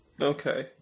Okay